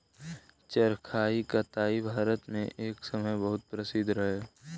चरखा कताई भारत मे एक समय बहुत प्रसिद्ध रहे